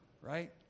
right